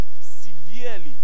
severely